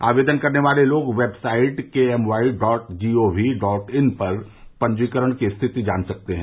आवेदन करने वाले लोग website KMY dot GOV dot in पर पंजीकरण की स्थिति जान सकते हैं